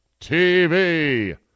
TV